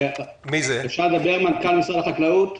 מדבר מנכ"ל משרד החקלאות.